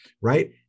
right